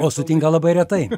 o sutinka labai retai